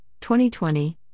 2020